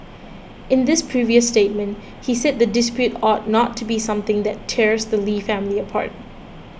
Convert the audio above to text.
in this previous statement he said the dispute ought not to be something that tears the Lee family apart